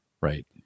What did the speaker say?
Right